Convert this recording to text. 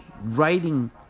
writing